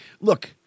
look